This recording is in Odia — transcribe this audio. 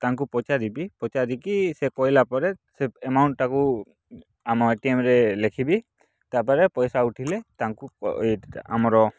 ତାଙ୍କୁ ପଚାରିବି ପଚାରିକି ସେ କହିଲା ପରେ ସେ ଆମାଉଣ୍ଟଟାକୁ ଆମ ଏଟିଏମରେ ଲେଖିବି ତା'ପରେ ପଇସା ଉଠିଲେ ତାଙ୍କୁ ଏଇଟା ଆମର